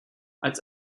als